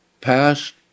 past